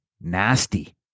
nasty